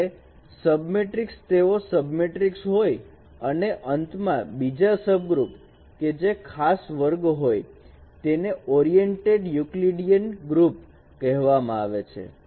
જ્યારે સબમેટ્રિક્સ તેઓ સબમેટ્રિ હોય અને અંતમાં બીજા સબગ્રુપ કે જે ખાસ વર્ગ હોય તેને ઓરીએન્ટેડ યુકલીડીએન ગ્રુપ કહેવામાં આવે છે